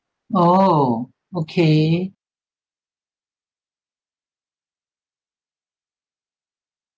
oh okay